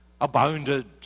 abounded